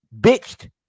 bitched